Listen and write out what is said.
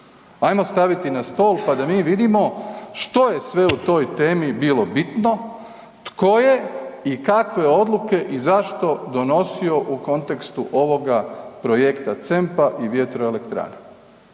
ajmo staviti na stol pa da mi vidimo što je sve u toj temi bilo bitno, tko je i kakve odluke i zašto donosio u kontekstu ovoga projekta CEMP-a i vjetroelektrana.